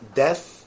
death